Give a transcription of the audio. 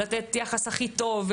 ולתת את היחס הכי טוב,